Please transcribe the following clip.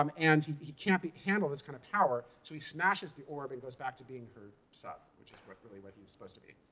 um and he can't handle this kind of power. so he smashes the orb and goes back to being her sub, which is really what he was supposed to be.